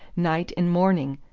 night and morning.